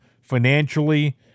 financially